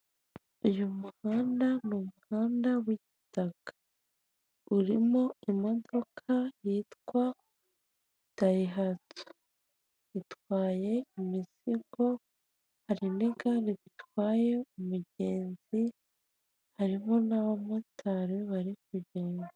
Uyu muhanda ni umuhanda w'igitaka urimo imodoka yitwa dayihatsu itwaye imizigo harimo igare ritwaye umugenzi harimo n'abamotari bari kugenda.